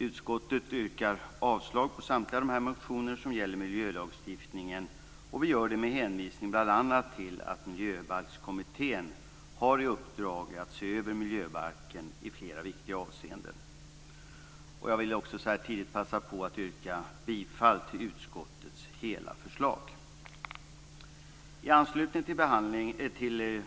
Utskottet yrkar avslag på samtliga motioner som gäller miljölagstiftningen med hänvisning bl.a. till att Miljöbalkskommittén har i uppdrag att se över miljöbalken i flera viktiga avseenden. Jag vill också passa på att yrka bifall till utskottets hela förslag. I anslutning till